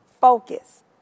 focus